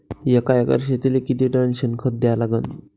एका एकर शेतीले किती टन शेन खत द्या लागन?